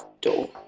door